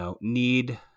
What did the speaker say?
need